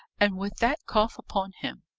and with that cough upon him!